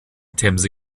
themse